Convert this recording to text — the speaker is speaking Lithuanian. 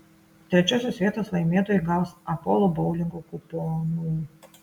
trečiosios vietos laimėtojai gaus apolo boulingo kuponų